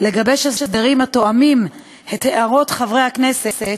לגבש הסדרים התואמים את הערות חברי הכנסת